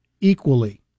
equally